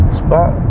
spot